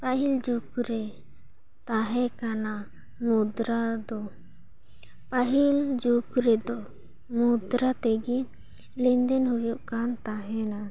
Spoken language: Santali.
ᱯᱟᱹᱦᱤᱞ ᱡᱩᱜᱽ ᱨᱮ ᱛᱟᱦᱮᱸ ᱠᱟᱱᱟ ᱢᱩᱫᱽᱨᱟ ᱫᱚ ᱯᱟᱹᱦᱤᱞ ᱡᱩᱜᱽ ᱨᱮᱫᱚ ᱢᱩᱫᱽᱨᱟ ᱛᱮᱜᱮ ᱞᱮᱱᱫᱮᱱ ᱦᱩᱭᱩᱜ ᱠᱟᱱ ᱛᱟᱦᱮᱱᱟ